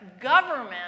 government